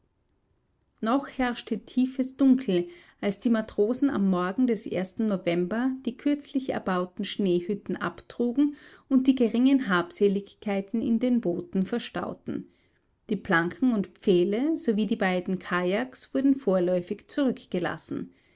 noch herrschte tiefes dunkel als die matrosen am morgen des ersten november die kürzlich erbauten schneehütten abtrugen und die geringen habseligkeiten in den booten verstauten die planken und pfähle sowie die beiden kajaks wurden vorläufig zurückgelassen